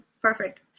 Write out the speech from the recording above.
Perfect